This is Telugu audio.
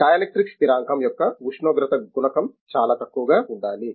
డైఎలెక్ట్రిక్ స్థిరాంకం యొక్క ఉష్ణోగ్రత గుణకం చాలా తక్కువగా ఉండాలి